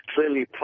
Clearly